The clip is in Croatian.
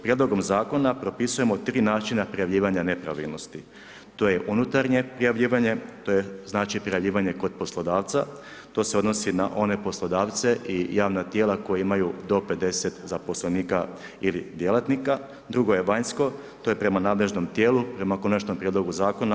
Prijedlogom zakona propisujemo tri načina prijavljivanja nepravilnosti to je unutarnje prijavljivanje, to je znači prijavljivanje kod poslodavca, to se odnosi na one poslodavce i javna tijela koja imaju do 50 zaposlenika ili djelatnika, drugo je vanjsko, to je prema nadležnom tijelu, prema Konačnom prijedlogu zakona.